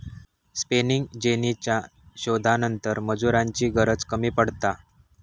spinning जेनीच्या शोधानंतर मजुरांची गरज कमी पडता